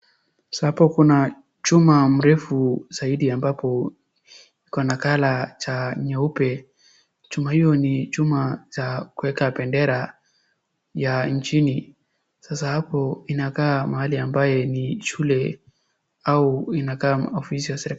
Sa hapo kuna chuma mrefu zaidi ambapo iko na colour cha nyeupe. Chuma hiyo ni chuma cha kueka bendera ya nchini. Sasa hapo inakaa mahali ambaye ni shule au inakaa ofisi ya serikali.